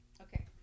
Okay